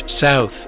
south